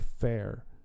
fair